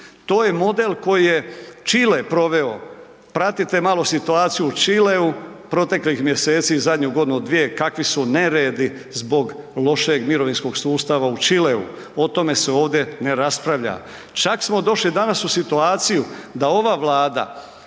To je model koji je Čile proveo, pratite malo situaciju u Čileu, proteklih mjeseci, zadnju godinu, dvije, kakvi su neredi zbog lošeg mirovinskog sustava u Čileu. O tome se ovdje ne raspravlja. Čak smo došli danas u situaciju da ova Vlada